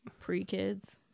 pre-kids